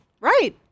right